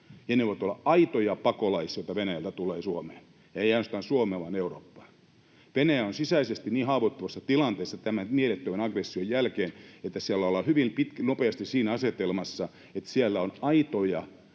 ne voivat olla aitoja pakolaisia, joita Venäjältä tulee Suomeen, ja ei ainoastaan Suomeen vaan Eurooppaan. Venäjä on sisäisesti niin haavoittuvassa tilanteessa tämän mielettömän aggression jälkeen, että siellä ollaan hyvin nopeasti siinä asetelmassa, että siellä on aitoja tarpeita